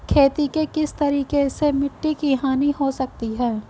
खेती के किस तरीके से मिट्टी की हानि हो सकती है?